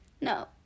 No